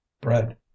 bread